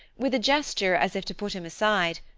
with a gesture as if to put him aside,